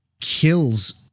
kills